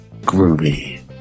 Groovy